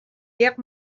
guerre